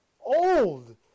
old